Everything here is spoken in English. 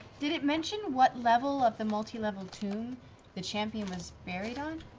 did it mention what level of the multi-level tomb the champion was buried on?